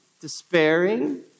despairing